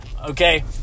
okay